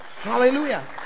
Hallelujah